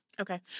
Okay